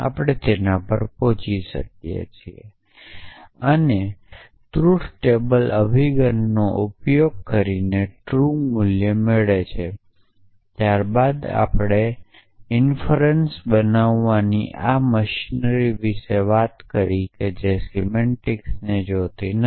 આપણે તેના પર પહોંચી શકીએ છીએ ટ્રૂથટેબલ અભિગમનો ઉપયોગ કરીને ટ્રૂ મૂલ્ય મળે છે ત્યારબાદ આપણે ઇનફરર્ન્સ બનાવવાની આ મશીનરી વિશે વાત કરી જે સિમેન્ટિક્સને જોતી નથી